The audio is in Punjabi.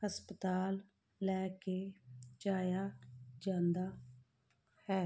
ਹਸਪਤਾਲ ਲੈ ਕੇ ਜਾਇਆ ਜਾਂਦਾ ਹੈ